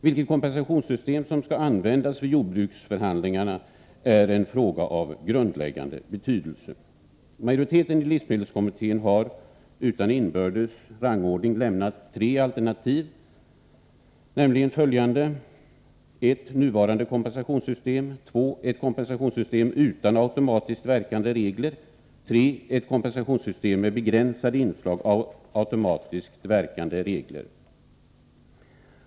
Vilket kompensationssystem som skall användas vid jordbruksförhandlingarna är en fråga av grundläggande betydelse. Majoriteten i livsmedelskommittén har utan inbördes rangordning lämnat tre alternativ, nämligen följande: 2. ett kompensationssystem utan automatiskt verkande regler och 3. ett kompensationssystem med begränsade inslag av automatiskt verkande regler.